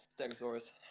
Stegosaurus